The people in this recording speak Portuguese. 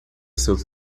seu